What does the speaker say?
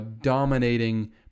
dominating